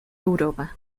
europa